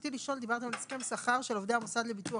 דיברתם על הסכם שכר של עובדי המוסד לביטוח